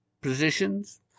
positions